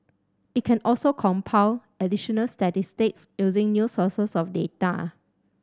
it can also compile additional statistics using new sources of data